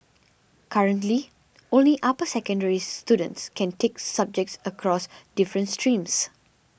currently only upper secondary students can take subjects across different streams